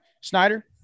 Snyder